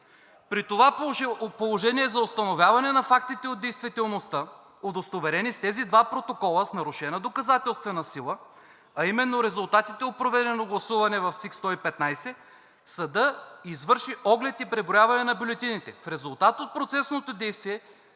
При това положение за установяване на фактите от действителността, удостоверени с тези два протокола, с нарушена доказателствена сила, а именно резултатите от проведено гласуване в СИК № 115, съдът извърши оглед и преброяване на бюлетините. В резултат от процесното действие